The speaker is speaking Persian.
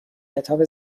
کتاب